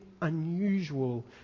unusual